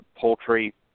poultry